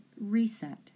reset